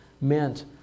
meant